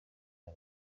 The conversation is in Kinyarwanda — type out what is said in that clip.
aya